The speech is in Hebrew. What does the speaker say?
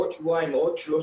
עוד שבועיים או עוד שלושה,